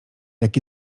jak